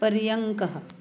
पर्यङ्कः